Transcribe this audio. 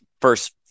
first